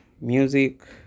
music